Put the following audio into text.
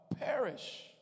Perish